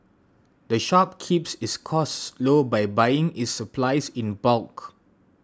the shop keeps its costs low by buying its supplies in bulk